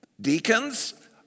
Deacons